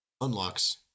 unlocks